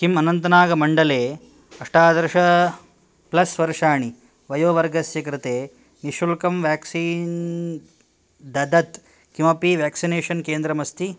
किम् अनन्तनागमण्डले अष्टादश प्लस् वर्षाणि वयोवर्गस्य कृते निःशुल्कं व्याक्सीन् ददत् किमपि व्याक्सिनेषन् केन्द्रम् अस्ति